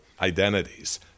identities